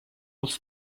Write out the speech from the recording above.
улс